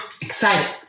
Excited